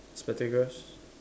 spectacles